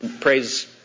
praise